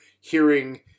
hearing